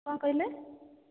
କ'ଣ କହିଲେ